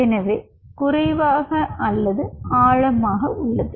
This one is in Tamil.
எனவே குறைவாக அல்லது ஆழமாக உள்ளது